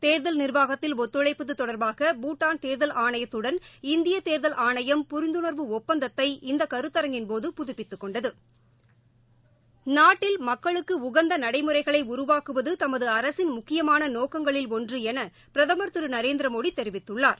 தேர்தல் நிர்வாகத்தில் ஒத்துழைப்பது தொடர்பாக பூட்டான் தேர்தல் ஆணையத்துடன் இந்திய தேர்தல் ஆணையம் புரிந்துணா்வு ஒப்பந்தத்தை இந்த கருத்தரங்கின்போது புதுப்பித்துக் கொண்டது நாட்டில் மக்களுக்கு உகந்த நடைமுறைகளை உருவாக்குவது தமது அரசின் முக்கியமான நோக்கங்களில் ஒன்று என பிரதமர் திரு நரேந்திர மோடி தெரிவித்துள்ளார்